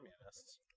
communists